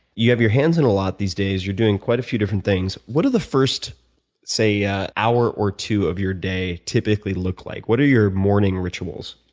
you have your hands on a lot these days you're doing quite a few different things. what does the first yeah hour or two of your day typically look like? what are your morning rituals?